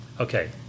Okay